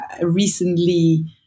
recently